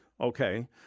Okay